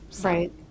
Right